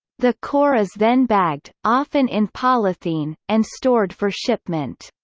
the core is then bagged, often in polythene, and stored for shipment.